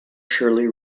shirley